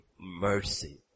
mercy